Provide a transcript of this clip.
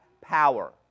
power